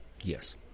Yes